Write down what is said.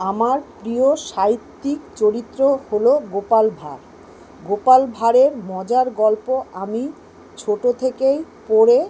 আমার প্রিয় সাহিত্যিক চরিত্র হল গোপাল ভাঁড় গোপাল ভাঁড়ের মজার গল্প আমি ছোট থেকেই পড়ে